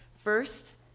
first